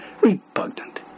Repugnant